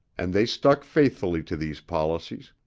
and they stuck faithfully to these policies.